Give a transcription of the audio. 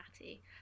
matty